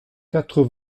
quatre